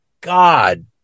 God